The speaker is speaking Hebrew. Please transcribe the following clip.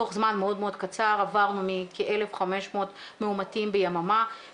תוך זמן מאוד קצר עברנו מכ-1,500 מאומתים ביממה